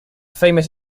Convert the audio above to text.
famous